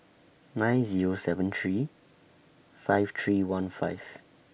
nine Zero seven three five three one five